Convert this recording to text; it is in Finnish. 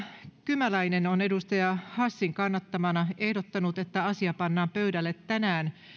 kymäläinen on satu hassin kannattamana ehdottanut että asia pannaan pöydälle tänään